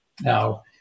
Now